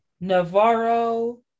Navarro